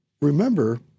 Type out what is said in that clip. remember